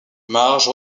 marge